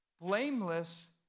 blameless